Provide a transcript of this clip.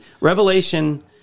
Revelation